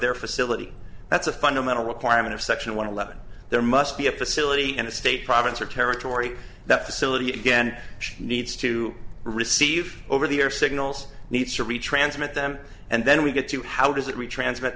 their facility that's a fundamental requirement of section one eleven there must be a facility in the state province or territory that facility again she needs to receive over the air signals needs to retransmit them and then we get to how does it reach transmit